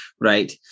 right